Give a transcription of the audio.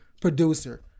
producer